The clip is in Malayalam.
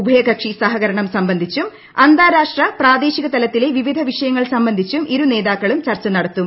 ഉഭയകക്ഷി സഹകരണം സംബന്ധിച്ചും അന്താരാഷ്ട്ര പ്രാദേശിക തലത്തിലെ വിവിധ വിഷയങ്ങൾ സംബന്ധിച്ചും ഇരു നേതാക്കളും ചർച്ച നടത്തും